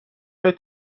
های